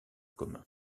commun